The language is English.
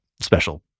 special